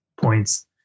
points